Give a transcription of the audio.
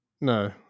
No